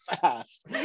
fast